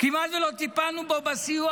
כמעט לא טיפלנו בו בסיוע,